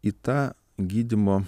į tą gydymo